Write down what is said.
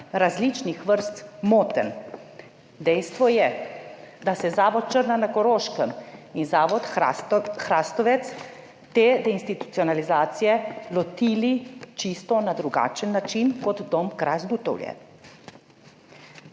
različnih vrst motenj. Dejstvo je, da sta se zavod Črna na Koroškem in zavod Hrastovec te deinstitucionalizacije lotila čisto na drugačen način kot Dom na Krasu, Dutovlje,